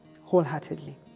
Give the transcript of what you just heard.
wholeheartedly